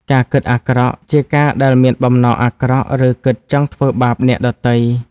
ការគិតអាក្រក់ជា ការដែលមានបំណងអាក្រក់ ឬគិតចង់ធ្វើបាបអ្នកដទៃ។